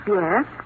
Yes